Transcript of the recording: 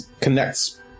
connects